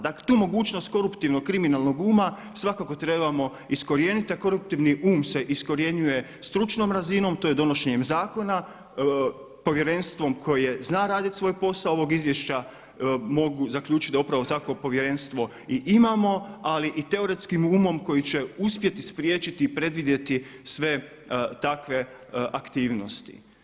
Da tu mogućnost koruptivnog kriminalnog uma svakako trebamo iskorijeniti, a koruptivni um se iskorjenjuje stručnom razinom, tj. donošenjem zakona, Povjerenstvom koje zna raditi svoj posao, ovog izvješća mogu zaključiti da upravo takvo Povjerenstvo i imamo, ali i teoretskim umom koji će uspjeti spriječiti i predvidjeti sve takve aktivnosti.